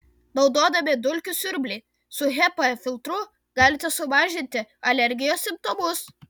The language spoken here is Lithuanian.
naudodami dulkių siurblį su hepa filtru galite sumažinti alergijos simptomus